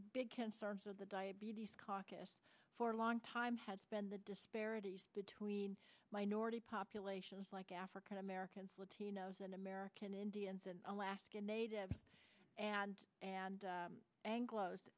big concerns of the diabetes caucus for a long time has been the disparities between minority populations like african americans latinos and american indians and alaska natives and and anglos